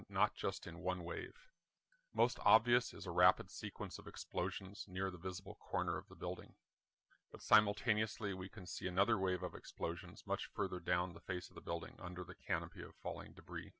not just in one way the most obvious is a rapid sequence of explosions near the visible corner of the building simultaneously we can see another wave of explosions much further down the face of the building under the canopy of falling debris